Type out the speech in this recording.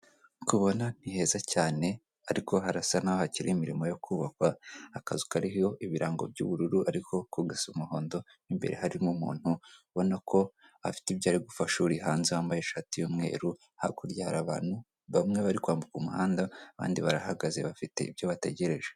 Nk'uko ubibona ni heza cyane ariko harasa naho hakiri imirimo yo kubakwa, akazu kariho ibirango by'ubururu ariko ko gasa umuhondo imbere harimo umuntu ubona ko afite ibyo ari gufasha uri hanze wambaye ishati y'umweru, hakurya hari abantu bamwe bari kwambuka umuhanda, abandi barahagaze bafite ibyo bategereje.